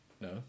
no